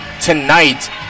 tonight